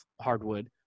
hardwood